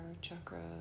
chakra